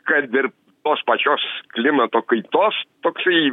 kad ir tos pačios klimato kaitos toksai